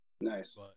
Nice